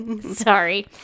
Sorry